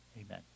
Amen